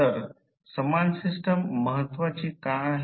तर समान सिस्टम महत्वाची का आहे